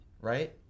right